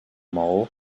maó